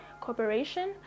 corporation